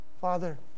Father